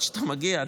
עד שאתה מגיע,